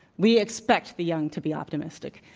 we expect the young to be optimistic.